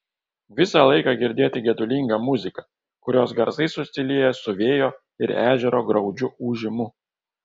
visą laiką girdėti gedulinga muzika kurios garsai susilieja su vėjo ir ežero graudžiu ūžimu